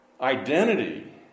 identity